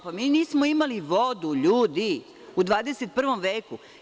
Pa mi nismo imali vodu, ljudi, u 21. veku.